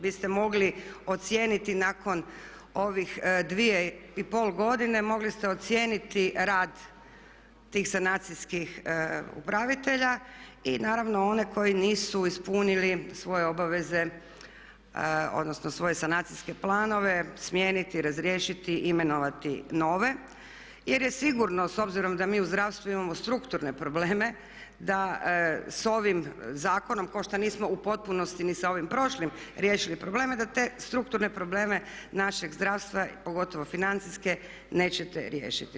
Vi ste mogli ocijeniti nakon ovih dvije i pol godine mogli ste ocijeniti rad tih sanacijskih upravitelja i naravno one koji nisu ispunili svoje obaveze, odnosno svoje sanacijske planove, smijeniti, razriješiti, imenovati nove jer je sigurno s obzirom da mi u zdravstvu imamo strukturne probleme, da s ovim zakonom kao što nismo u potpunosti ni sa ovim prošlim riješili probleme da te strukturne probleme našeg zdravstva pogotovo financijske nećete riješiti.